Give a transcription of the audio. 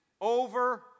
over